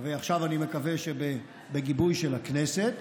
ועכשיו אני מקווה שבגיבוי של הכנסת,